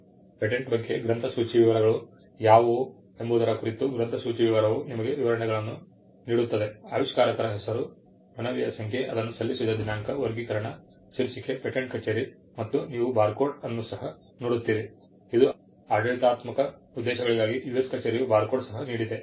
patent ಬಗ್ಗೆ ಗ್ರಂಥಸೂಚಿ ವಿವರಗಳು ಯಾವುವು ಎಂಬುದರ ಕುರಿತು ಗ್ರಂಥಸೂಚಿ ವಿವರವು ನಿಮಗೆ ವಿವರಗಳನ್ನು ನೀಡುತ್ತದೆ ಆವಿಷ್ಕಾರಕರ ಹೆಸರು ಮನವಿಯ ಸಂಖ್ಯೆ ಅದನ್ನು ಸಲ್ಲಿಸಿದ ದಿನಾಂಕ ವರ್ಗೀಕರಣ ಶೀರ್ಷಿಕೆ ಪೇಟೆಂಟ್ ಕಚೇರಿ ಮತ್ತು ನೀವು ಬಾರ್ಕೋಡ್ ಅನ್ನು ಸಹ ನೋಡುತ್ತೀರಿ ಅದು ಆಡಳಿತಾತ್ಮಕ ಉದ್ದೇಶಗಳಿಗಾಗಿ US ಕಚೇರಿಯು ಬಾರ್ಕೋಡ್ ಸಹ ನೀಡಿದೆ